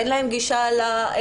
אין להן אישה לאינטרנט,